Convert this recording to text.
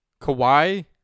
Kawhi